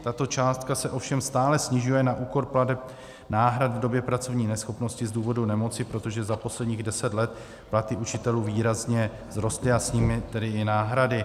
Tato částka se ovšem stále snižuje na úkor plateb náhrad doby pracovní neschopnosti z důvodu nemoci, protože za posledních deset let platy učitelů výrazně vzrostly, a s nimi tedy i náhrady.